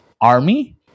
Army